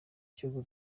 cyo